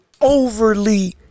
overly